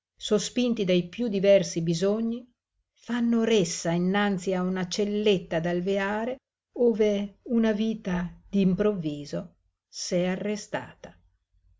sospinti dai piú diversi bisogni fanno ressa innanzi a una celletta d'alveare ove una vita d'improvviso s'è arrestata